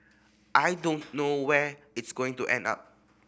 I don't know where it's going to end up